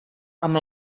amb